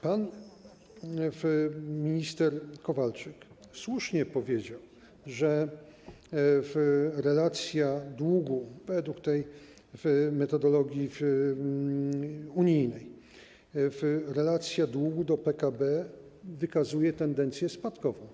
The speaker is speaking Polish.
Pan minister Kowalczyk słusznie powiedział, że według tej metodologii unijnej relacja długu do PKB wykazuje tendencję spadkową.